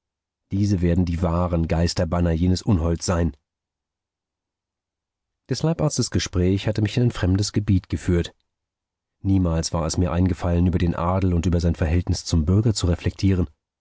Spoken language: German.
diese werden die wahren geisterbanner jenes unholds sein des leibarztes gespräch hatte mich in ein fremdes gebiet geführt niemals war es mir eingefallen über den adel und über sein verhältnis zum bürger zu reflektieren